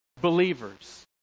believers